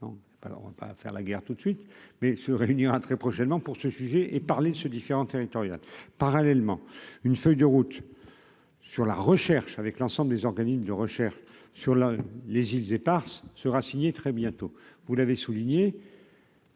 on va faire la guerre toute de suite, mais se réunira très prochainement pour ce sujet et parler ce différend territorial parallèlement une feuille de route sur la recherche avec l'ensemble des organismes de recherche sur la les îles Eparses sera signé très bientôt, vous l'avez souligné.